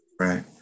Right